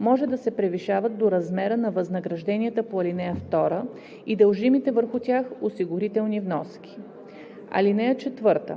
може да се превишават до размера на възнагражденията по ал. 2 и дължимите върху тях осигурителни вноски. (4)